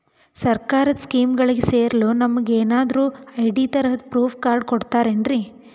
ಸರ್ಕಾರದ ಸ್ಕೀಮ್ಗಳಿಗೆ ಸೇರಲು ನಮಗೆ ಏನಾದ್ರು ಐ.ಡಿ ತರಹದ ಪ್ರೂಫ್ ಕಾರ್ಡ್ ಕೊಡುತ್ತಾರೆನ್ರಿ?